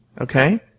okay